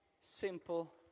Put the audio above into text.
Simple